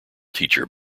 teacher